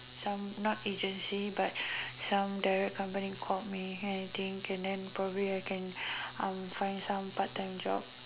some not agency but some direct company call me and I think and then probably I can um find some part time job